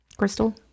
Crystal